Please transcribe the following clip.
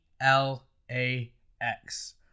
L-A-X